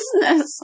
business